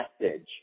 message